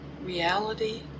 reality